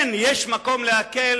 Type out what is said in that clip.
כן, יש מקום להקל